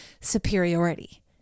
superiority